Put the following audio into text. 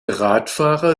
radfahrer